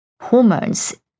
hormones